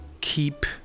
keep